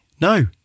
No